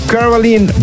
Caroline